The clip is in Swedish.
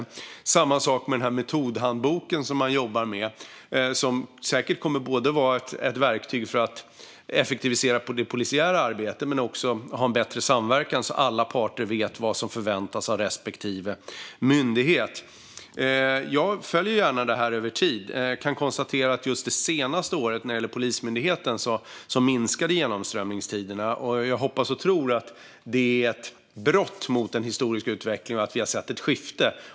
Det är samma sak med den metodhandbok som man jobbar med. Den kommer säkert att vara ett verktyg för att effektivisera det polisiära arbetet men också för att ha en bättre samverkan så att alla parter vet vad som förväntas av respektive myndighet. Jag följer gärna detta över tid. Jag kan konstatera att det senaste året minskade genomströmningstiderna när det gäller Polismyndigheten. Jag hoppas och tror att det är ett brott mot den historiska utvecklingen och att vi har sett ett skifte.